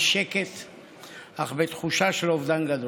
בשקט אך בתחושה של אובדן גדול.